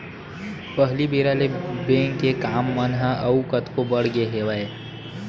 पहिली बेरा ले बेंक के काम मन ह अउ कतको बड़ गे हवय